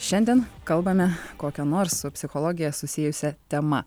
šiandien kalbame kokia nors su psichologija susijusia tema